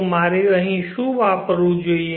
તો મારે અહીં શું વાપરવું જોઈએ